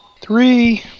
three